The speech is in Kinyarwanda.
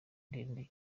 ndende